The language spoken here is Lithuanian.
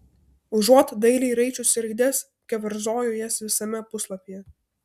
užuot dailiai raičiusi raides keverzoju jas visame puslapyje